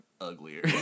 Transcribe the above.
uglier